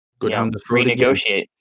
renegotiate